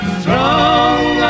strong